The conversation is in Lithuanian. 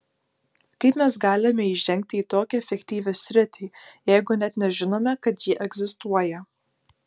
kaip mes galime įžengti į tokią efektyvią sritį jeigu net nežinome kad ji egzistuoja